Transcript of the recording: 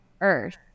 earth